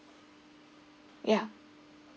yeah